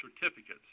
certificates